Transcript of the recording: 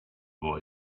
boy